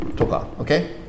Okay